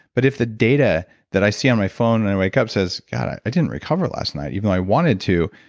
but if the data that i see on my phone when and i wake up, says, god, i i didn't recover last night even though i wanted to.